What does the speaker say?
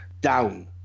down